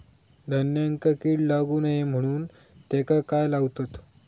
धान्यांका कीड लागू नये म्हणून त्याका काय लावतत?